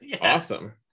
Awesome